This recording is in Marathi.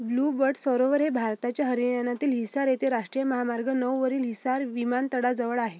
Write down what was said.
ब्लू बर्ड सरोवर हे भारताच्या हरियानातील हिसार येथे राष्ट्रीय महामार्ग नऊ वरील हिसार विमानतळाजवळ आहे